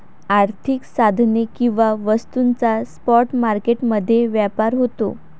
आर्थिक साधने किंवा वस्तूंचा स्पॉट मार्केट मध्ये व्यापार होतो